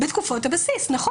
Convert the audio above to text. בתקופות הבסיס, נכון.